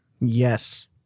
Yes